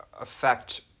affect